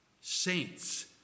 Saints